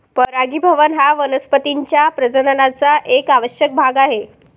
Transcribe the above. परागीभवन हा वनस्पतीं च्या प्रजननाचा एक आवश्यक भाग आहे